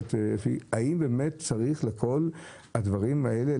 נשאלת השאלה האם באמת צריך לכל הדברים האלה,